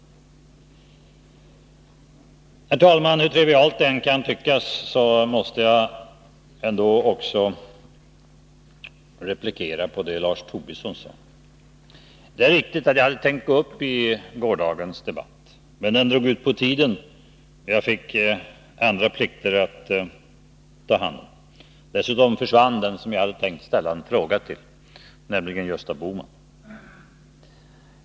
Herr talman! Hur trivialt det än kan tyckas måste jag replikera på det som Lars Tobisson sade. Det är riktigt att jag hade tänkt gå upp i gårdagens debatt, men den drog ut på tiden och jag fick andra plikter. Dessutom försvann den som jag hade tänkt ställa en fråga till, nämligen Gösta Bohman.